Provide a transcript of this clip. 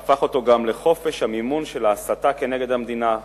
והפך אותו גם לחופש המימון של ההסתה נגד המדינה,